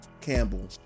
Campbell